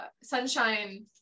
sunshine